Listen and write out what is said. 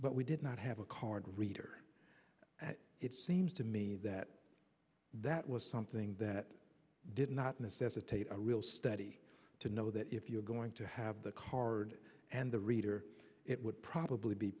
but we did not have a card reader it seems to me that that was something that did not necessitate a real study to know that if you're going to have the card and the reader it would probably be